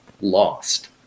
lost